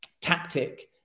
tactic